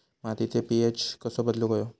मातीचो पी.एच कसो बदलुक होयो?